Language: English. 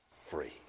free